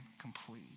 complete